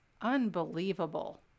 Unbelievable